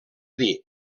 dir